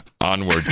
onward